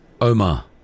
Omar